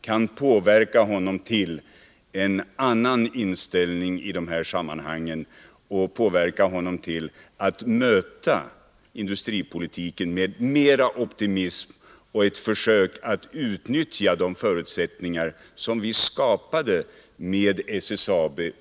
Kanske den här debatten kan få industriministern att ändra inställning och möta industripolitiken med mer optimism, så att han försöker utnyttja de förutsättningar som vi skapade med SSAB.